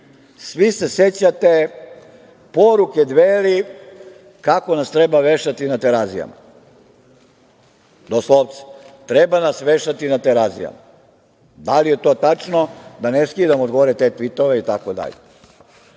Svi se sećate poruke Dveri kako nas treba vešati na Terazijama, do slovce - treba nas vešati na Terazijama. Da li je to tačno, da ne skidamo odgovore na te „tvitove“ i